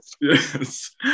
Yes